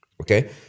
Okay